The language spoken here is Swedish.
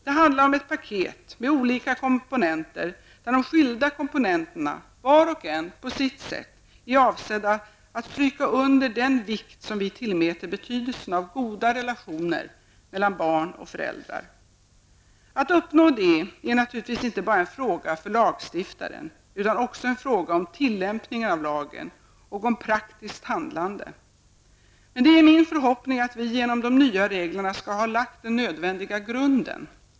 Det handlar om ett paket med olika komponenter, där de skilda komponenterna, var och en på sitt sätt, är avsedda att stryka under den vikt som vi tillmäter betydelsen av goda relationer mellan barn och föräldrar. Att uppnå detta är naturligtvis inte bara en fråga för lagstiftaren, utan också en fråga om tillämpningen av lagen och om praktiskt handlande. Men det är min förhoppning att vi genom de nya reglerna skall ha lagt den nödvändiga grunden.